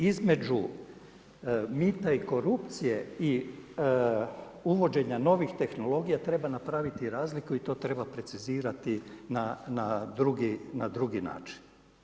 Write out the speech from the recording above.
Između mita i korupcije i uvođenja novih tehnologija treba napraviti razliku i to treba precizirati na drugi način.